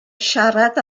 siarad